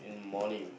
morning